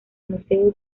museo